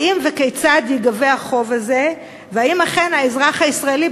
האם וכיצד ייגבה החוב הזה והאם אכן האזרח הישראלי,